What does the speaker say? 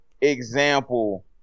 example